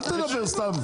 אל תדבר סתם.